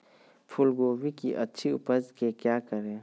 फूलगोभी की अच्छी उपज के क्या करे?